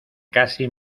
casi